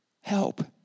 help